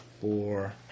Four